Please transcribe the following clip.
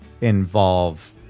involve